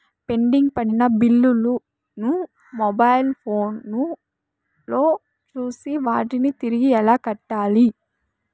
pending పడిన బిల్లులు ను మొబైల్ ఫోను లో చూసి వాటిని తిరిగి ఎలా కట్టాలి